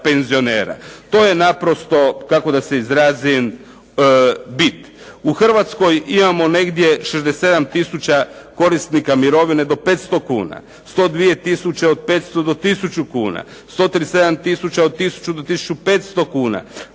To je naprosto, kako da se izrazim bit. U Hrvatskoj imamo negdje 67 tisuća korisnika mirovine do 500 kuna, 102 tisuće od 500 do 1000 kuna, 137 tisuća od 1000 do 1500 kuna,